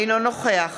אינו נוכח